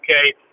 okay